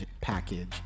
package